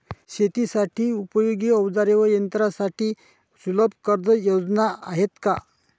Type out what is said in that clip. शेतीसाठी उपयोगी औजारे व यंत्रासाठी सुलभ कर्जयोजना आहेत का?